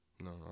No